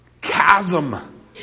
chasm